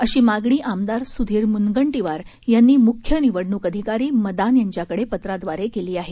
अशी मागणी आमदार सुधीर मुनगंटीवार यांनी मुख्य निवडणुक अधिकारी मदान यांच्याकडे पत्रादवारे केली आहे